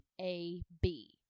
A-B